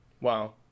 Wow